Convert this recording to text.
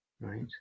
Right